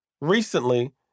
Recently